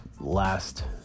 last